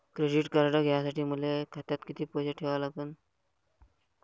Credit card घ्यासाठी मले खात्यात किती पैसे ठेवा लागन?